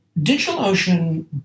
DigitalOcean